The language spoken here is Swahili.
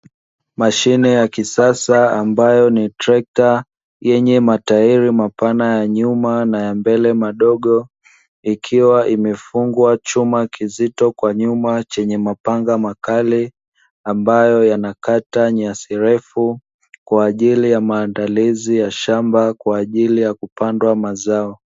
Mashine ya kisasa ambayo ni trekta yenye matairi mapana ya nyuma na ya mbele madogo. Ikiwa imefungwa chuma kizito kwa nyuma chenye mapanga makali, ambayo yanakata nyasi refu kwaajili ya maandalizi ya shamba kwaajili ya kupandwa mazao.